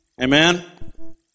Amen